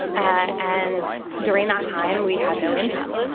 and during that time, we had no income.